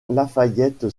lafayette